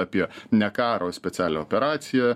apie nekaro specialią operaciją